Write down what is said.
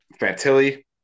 Fantilli